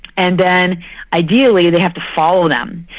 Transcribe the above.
and then ideally they have to follow them.